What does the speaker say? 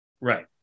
right